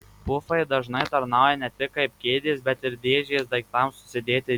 pufai dažnai tarnauja ne tik kaip kėdės bet ir dėžės daiktams susidėti